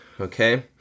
okay